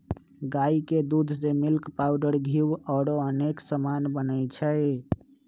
गाई के दूध से मिल्क पाउडर घीउ औरो अनेक समान बनै छइ